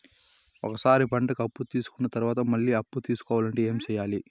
ఒక సారి పంటకి అప్పు తీసుకున్న తర్వాత మళ్ళీ అప్పు తీసుకోవాలంటే ఏమి చేయాలి?